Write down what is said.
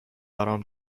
برام